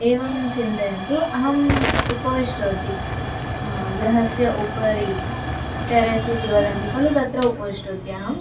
एवं चिन्तयन्तु अहम् उपविष्टवती गृहस्य उपरि टेरेस् इति वदन्ति खलु तत्र उपविष्टवती अहं